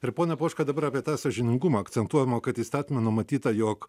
ir pone poška dabar apie tą sąžiningumą akcentuojama kad įstatyme numatyta jog